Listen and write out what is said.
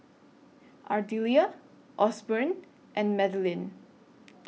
Ardelia Osborne and Madlyn